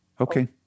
Okay